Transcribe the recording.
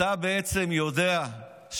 הוא עשה מארב לראש הממשלה ולא סיפר לו על, בלילה.